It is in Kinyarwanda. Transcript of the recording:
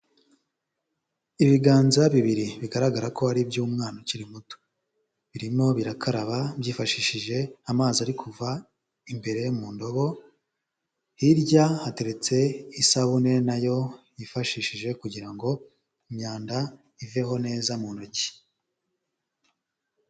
Ibiganza bibiri bigaragara ko ari iby'umwana ukiri muto, birimo birakaraba byifashishije amazi ari kuva imbere yo mu ndobo, hirya hateretse isabune nayo yifashishije kugira ngo imyanda iveho neza mu ntoki.